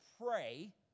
pray